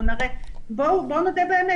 בואו נודה באמת,